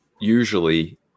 usually